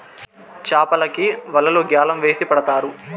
చాపలకి వలలు గ్యాలం వేసి పడతారు